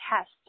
test